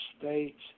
states